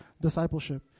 discipleship